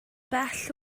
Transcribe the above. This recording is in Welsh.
bell